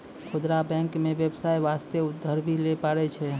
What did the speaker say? खुदरा बैंक मे बेबसाय बास्ते उधर भी लै पारै छै